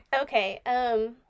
Okay